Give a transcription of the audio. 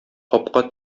капка